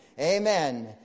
Amen